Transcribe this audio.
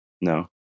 No